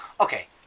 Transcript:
Okay